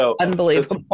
unbelievable